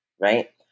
right